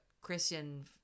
Christian